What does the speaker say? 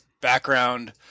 background